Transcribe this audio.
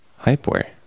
Hypeware